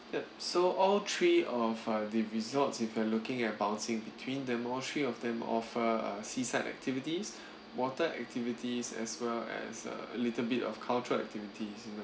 yup so all three of uh the resorts if you are looking at bouncing between them all three of them offer uh seaside activities water activities as well as uh a little bit of cultural activities you know